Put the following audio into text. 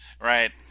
Right